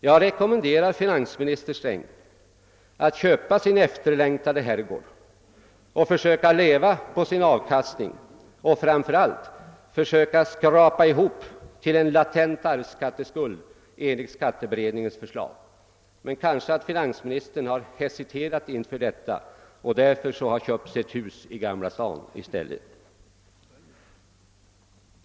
Jag rekommenderar finansminister Sträng att köpa sin efterlängtade herrgård och försöka leva på avkastningen och framför allt försöka skrapa ihop till en latent arvsskatteskuld enligt kapitalskatteberedningens förslag, men finansministern har kanske hesiterat inför detta och därför i stället köpt sig ett hus i Gamla stan.